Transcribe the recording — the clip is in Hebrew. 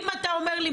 אם אתה אומר לי,